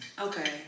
Okay